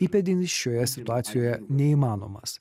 įpėdinis šioje situacijoje neįmanomas